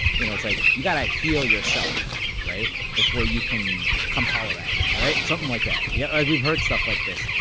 you know, it's like you've got to heal yourself right before you can come holler at me. right. something like that. yeah. we've heard stuff like this.